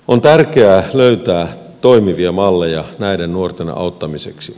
on tärkeää löytää toimivia malleja näiden nuorten auttamiseksi